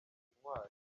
intwali